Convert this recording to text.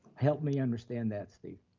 help me understand that, steve.